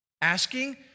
asking